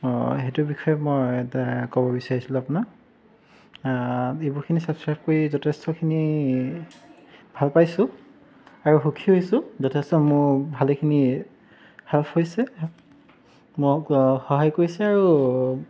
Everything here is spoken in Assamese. অঁ সেইটো বিষয়ে মই ক'ব বিচাৰিছিলো আপোনাক ই বুকখিনি ছাবস্ক্ৰাইব কৰি যথেষ্টখিনি ভাল পাইছো আৰু সুখী হৈছো যথেষ্ট মোৰ ভালেখিনি হেল্প হৈছে মোক সহায় কৰিছে আৰু